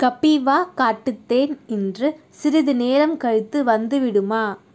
கபீவா காட்டுத் தேன் இன்று சிறிது நேரம் கழித்து வந்துவிடுமா